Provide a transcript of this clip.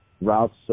routes